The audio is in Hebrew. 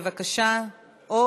בבקשה,